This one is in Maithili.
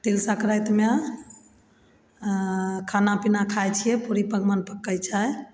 तीला सङ्क्रातिमे खाना पीना खाय छियै पूरी पकवान पकय छै